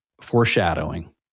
foreshadowing